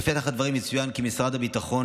בפתח הדברים יצוין כי משרד הביטחון